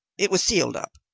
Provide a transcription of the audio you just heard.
it was sealed up.